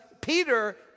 Peter